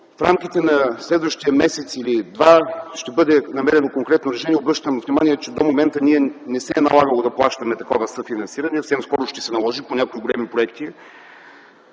в рамките на следващите месец-два ще бъде намерено конкретно решение. Обръщам внимание, че до момента не ни се е налагало да плащаме такова съфинансиране. Съвсем скоро ще се наложи по някои големи проекти.